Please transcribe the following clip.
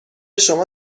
شما